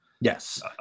Yes